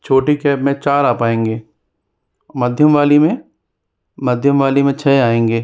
छोटी कैब में चार आ पाएंगे मध्यम वाली में मध्यम वाली में छः आएंगे